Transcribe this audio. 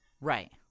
Right